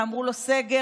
שאמרו לו: סגר,